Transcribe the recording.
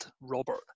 Robert